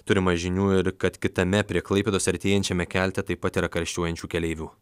turima žinių ir kad kitame prie klaipėdos artėjančiame kelte taip pat yra karščiuojančių keleivių